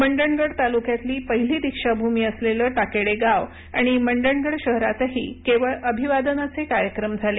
मंडणगड तालुक्यातली पहिली दीक्षाभूमी असलेलं टाकेडे गाव आणि मंडणगड शहरातही केवळ अभिवादनाचे कार्यक्रम झाले